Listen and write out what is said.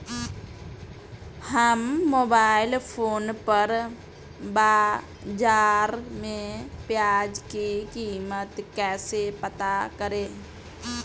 हम mobile phone पर बाज़ार में प्याज़ की कीमत कैसे पता करें?